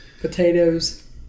Potatoes